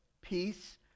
peace